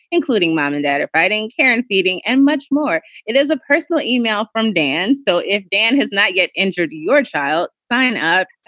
including mom and dad fighting, parent beating and much more. it is a personal email from dan. so if dan has not yet injured your child, sign up.